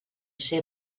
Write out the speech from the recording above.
ser